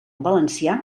valencià